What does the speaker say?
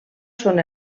són